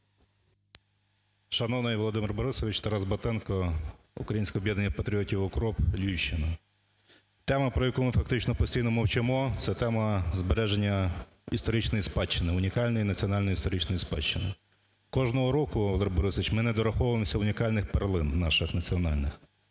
Шановний Володимир Борисович! Тарас Батенко, Українське об'єднання патріотів "УКРОП", Львівщина. Тема, про яку ми фактично постійно мовчимо, - це тема збереження історичної спадщини, унікальної національної історичної спадщини. Кожного року, Володимире Борисовичу, ми не дораховуємося унікальних перлин наших національних.